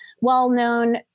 well-known